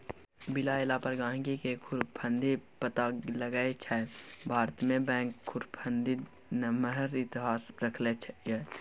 bill एला पर गहिंकीकेँ धुरफंदी पता लगै छै भारतमे बैंक धुरफंदीक नमहर इतिहास रहलै यै